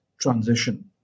transition